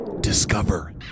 discover